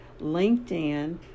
LinkedIn